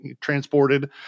transported